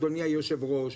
אדוני יושב הראש,